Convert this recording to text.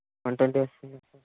one twenty